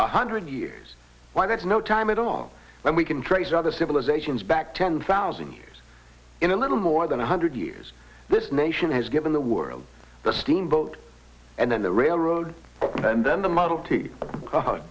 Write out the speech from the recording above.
one hundred years why there's no time at all when we can trace other civilizations back ten thousand years in a little more than a hundred years this nation has given the world the steamboat and then the railroad and then the model t god